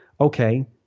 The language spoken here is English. okay